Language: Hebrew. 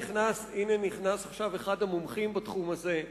נכנס עכשיו אחד המומחים בתחום הזה.